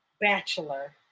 bachelor